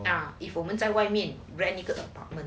ya if 我们在外面 rent 一个 apartment